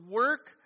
work